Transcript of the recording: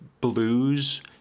blues